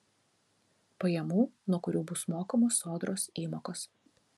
pajamų nuo kurių bus mokamos sodros įmokos